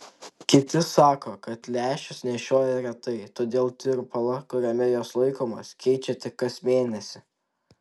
kiti sako kad lęšius nešioja retai todėl tirpalą kuriame jos laikomos keičia tik kas mėnesį